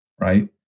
right